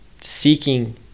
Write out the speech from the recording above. seeking